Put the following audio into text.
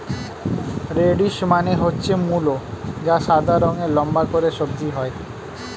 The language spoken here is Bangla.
রেডিশ মানে হচ্ছে মূলো যা সাদা রঙের লম্বা করে সবজি হয়